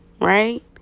right